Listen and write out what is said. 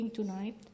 tonight